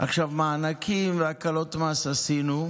מענקים והקלות מס עשינו,